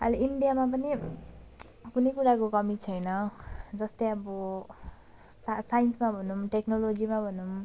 अहिले इन्डियामा पनि कुनै कुराको कमी छैन जस्तै अब सा साइन्समा भनौँ टेक्नोलोजीमा भनौँ